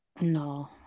No